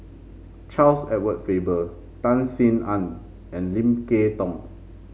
Charles Edward Faber Tan Sin Aun and Lim Kay Tong